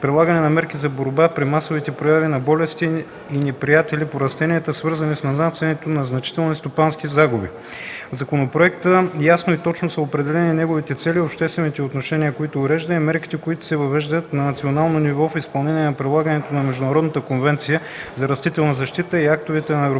прилагане на мерки за борба при масови появи на болести и неприятели по растенията, свързани с нанасянето на значителни стопански загуби. В законопроекта ясно и точно са определени неговите цели, обществените отношения, които урежда, и мерките, които се въвеждат на национално ниво в изпълнение и прилагане на Международната конвенция за растителна защита и актовете на Европейския